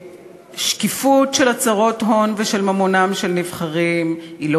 שקיפות של הצהרות הון ושל ממונם של נבחרים היא לא